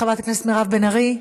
חברת הכנסת מירב בן ארי,